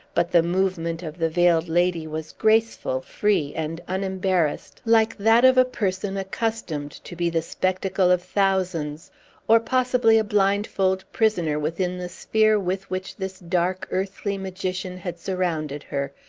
but the movement of the veiled lady was graceful, free, and unembarrassed, like that of a person accustomed to be the spectacle of thousands or, possibly, a blindfold prisoner within the sphere with which this dark earthly magician had surrounded her,